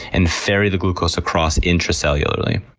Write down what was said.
and ferry the glucose across intracellularly.